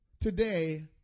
today